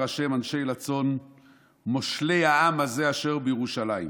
ה' אנשי לצון מֹשלי העם הזה אשר בירושלָ‍ִם.